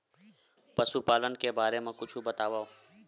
पशुपालन के बारे मा कुछु बतावव?